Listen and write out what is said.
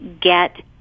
get